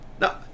Now